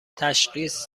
تشخیص